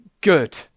good